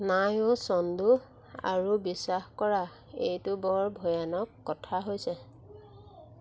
নাই অ' চন্দু আৰু বিশ্বাস কৰা এইটো বৰ ভয়ানক কথা হৈছে